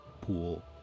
pool